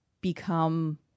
become